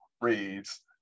reads